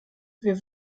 wir